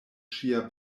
ŝia